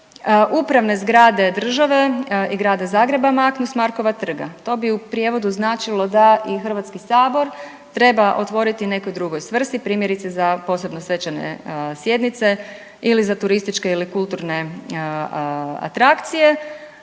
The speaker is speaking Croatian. upravne zgrade države i grada Zagreba maknu s Markova trga. To bi u prijevodu značilo da i HS treba otvoriti nekoj drugoj svrsi, primjerice za posebno svečane sjednice ili za turističke ili kulturne atrakcije,